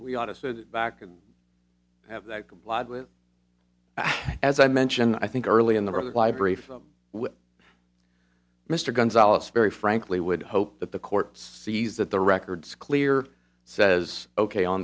we ought to sit back and have that complied with as i mentioned i think early in the library from mr gonzales very frankly would hope that the court sees that the records clear says ok on